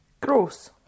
Gross